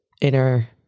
inner